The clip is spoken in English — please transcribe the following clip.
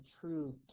true